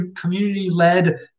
community-led